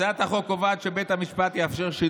בתוך האופוזיציה, חברת הכנסת מאי גולן, תסתדרו שם.